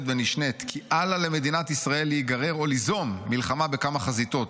ונשנית כי אל לה למדינת ישראל להיגרר או ליזום מלחמה בכמה חזיתות,